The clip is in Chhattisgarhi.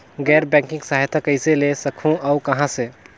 गैर बैंकिंग सहायता कइसे ले सकहुं और कहाँ से?